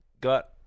got